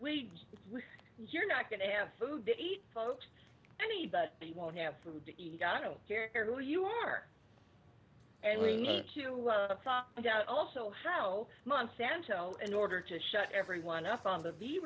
we you're not going to have food to eat folks any but you won't have food to eat i don't care who you are and we need to doubt also how monsanto in order to shut everyone up on the v